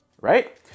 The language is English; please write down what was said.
right